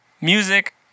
music